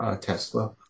Tesla